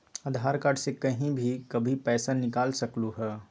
आधार card से कहीं भी कभी पईसा निकाल सकलहु ह?